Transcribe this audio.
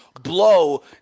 blow